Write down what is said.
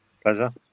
Pleasure